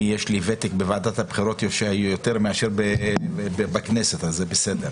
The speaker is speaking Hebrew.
לי יש ותק בוועדת הבחירות יותר מאשר בכנסת אז זה בסדר.